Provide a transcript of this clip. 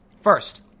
First